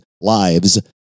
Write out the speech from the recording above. Lives